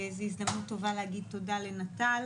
וזאת הזדמנות טובה להגיד תודה לנט"ל.